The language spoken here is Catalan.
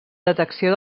detecció